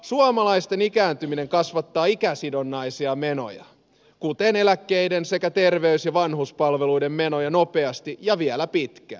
suomalaisten ikääntyminen kasvattaa ikäsidonnaisia menoja kuten eläkkeiden sekä terveys ja vanhuspalveluiden menoja nopeasti ja vielä pitkään